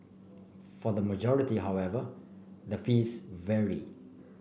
for the majority however the fees vary